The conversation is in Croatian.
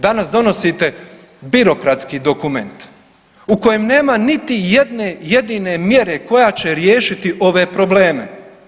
Danas donosite birokratski dokument u kojem nema niti jedne jedine mjere koja će riješiti ove probleme.